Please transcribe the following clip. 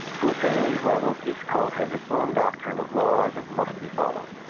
to attain these levels, each cult has its own doctrine of laws that must be followed.